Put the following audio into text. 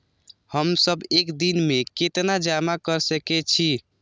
हम सब एक दिन में केतना जमा कर सके छी?